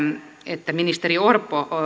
että ministeri orpo